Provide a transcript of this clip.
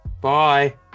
Bye